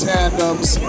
Tandems